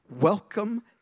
Welcome